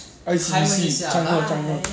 I see I see